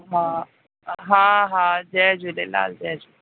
हा हा हा जय झूलेलाल जय झूलेलाल